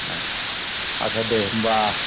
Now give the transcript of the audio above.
आत्सा दे होनबा